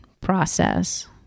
process